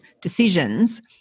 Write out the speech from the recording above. decisions